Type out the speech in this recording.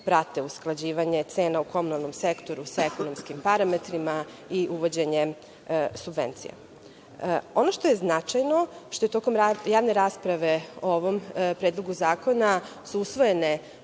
prate usklađivanje cena u komunalnom sektoru sa ekonomskim parametrima i uvođenjem subvencija. Ono što je značajno, što je tokom javne rasprave o ovom predlogu zakona su usvojene